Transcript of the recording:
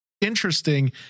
interesting